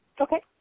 Okay